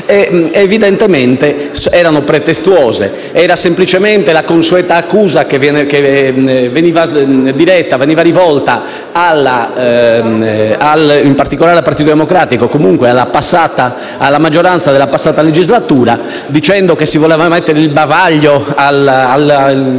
evidentemente erano pretestuose. Era semplicemente la consueta accusa che veniva rivolta, in particolare, al Partito Democratico e comunque alla maggioranza della scorsa legislatura, dicendo che si voleva mettere il bavaglio al